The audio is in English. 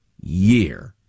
year